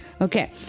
Okay